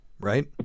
right